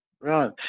Right